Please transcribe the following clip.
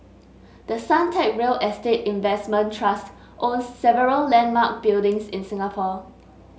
the Suntec real estate investment trust owns several landmark buildings in Singapore